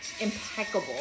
impeccable